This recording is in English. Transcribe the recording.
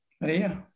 Maria